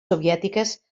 soviètiques